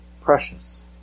precious